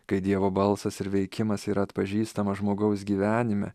kai dievo balsas ir veikimas yra atpažįstamas žmogaus gyvenime